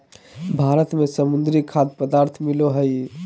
भारत में समुद्री खाद्य पदार्थ मिलो हइ